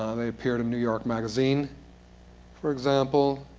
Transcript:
they appeared in new york magazine for example.